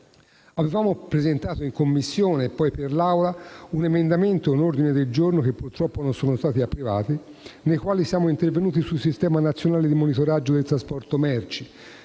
Avevamo presentato in Commissione e poi per l'Assemblea un emendamento e un ordine del giorno che purtroppo non sono stati approvati, con cui siamo intervenuti sul sistema nazionale di monitoraggio del trasporto merci,